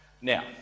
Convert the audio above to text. Now